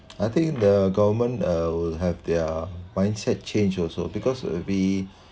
I think the government uh will have their mindset change also because uh we